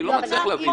אני לא מצליח להבין.